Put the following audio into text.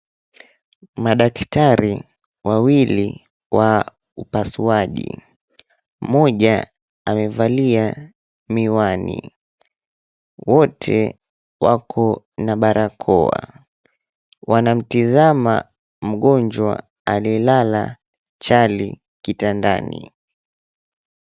Madaktari wawili wa upasuaji. Mmoja amevalia miwani. Wote wako na barakoa. Wanamtizama mgonjwa aliyelala chali kitandani.